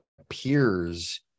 appears